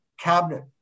cabinet